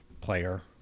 player